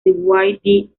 dwight